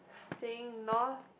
saying North